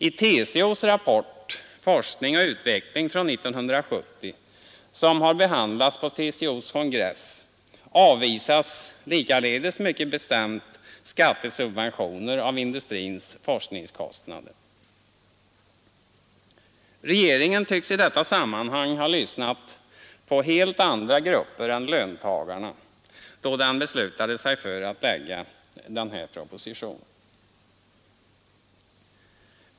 I TCO:s rapport, Forskning och utveckling 1970, som har behandlats av TCO:s kongress, avvisades likaledes mycket bestämt skattesubventioner av industrins forskningskostnader. Regeringen tycks i detta sammanhang ha lyssnat på helt andra grupper än löntagarna då den beslutade sig för att framlägga denna proposition.